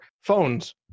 phones